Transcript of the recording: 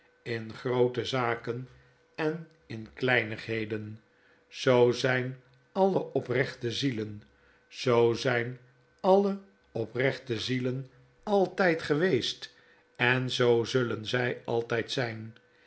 in groote zaken en in kleinigheden zoo zyn alle oprechte zielen zoo zjn alle oprechte zielen altyd geweest en zoo zullen zy altijd zijn